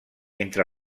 entre